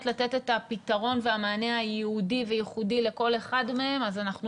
לתת את הפתרון והמענה הייעודי וייחודי לכל אחד מהם אז אנחנו